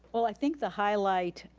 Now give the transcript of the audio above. well, i think the highlight